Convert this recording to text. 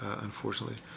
unfortunately